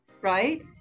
right